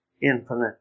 infinite